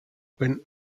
when